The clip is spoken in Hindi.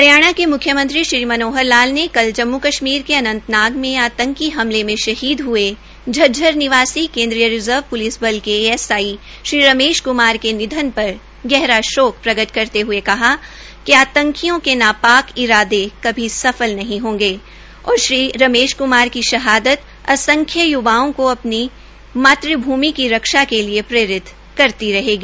हरियाणा के मुख्यमंत्री श्री मनोहर लाल ने कल जम्मु कश्मीर के अनंतनाग में आंतकी हमले में शहीद हये झज्जर के निवासी केन्द्रीय रिज़र्व प्लिस बल के A S I Shri Ramesh Kumar के निधन पर गहरा शोक प्रकट करते हये कहा कि आंतकियों के नापाक इरादे कभी सफल नहीं होंगे और श्री रमेश कुमार की शहादत असंख्य य्वाओं को अपनी मातु भूमि की रक्षा करने के लिये प्रेरित करती रहेगी